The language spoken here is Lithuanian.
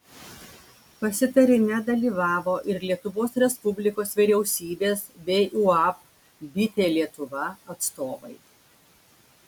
pasitarime dalyvavo ir lietuvos respublikos vyriausybės bei uab bitė lietuva atstovai